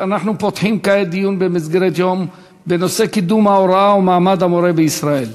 היום מציינת הכנסת את יום קידום ההוראה ומעמד המורה בישראל.